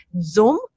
Zoom